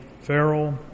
Farrell